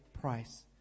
price